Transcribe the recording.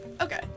okay